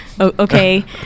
Okay